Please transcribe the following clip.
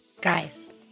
Guys